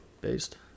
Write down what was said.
based